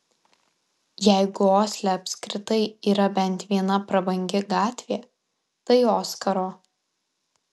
jeigu osle apskritai yra bent viena prabangi gatvė tai oskaro